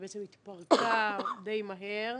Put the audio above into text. שבעצם התפרקה די מהר,